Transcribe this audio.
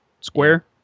square